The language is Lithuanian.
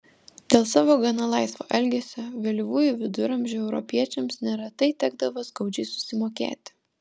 dėl savo gana laisvo elgesio vėlyvųjų viduramžių europiečiams neretai tekdavo skaudžiai susimokėti